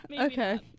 Okay